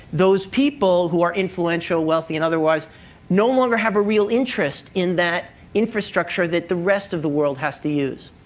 those people who are influential, wealthy, and otherwise no longer have a real interest in that infrastructure that the rest of the world has to use.